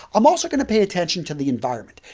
i'm also going to pay attention to the environment.